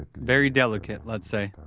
very delicate, let's say.